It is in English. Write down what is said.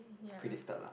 predicted lah